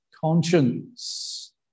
conscience